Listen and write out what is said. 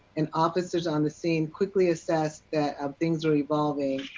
and officers on the scene quickly assessed, that um things are evolving,